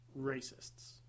racists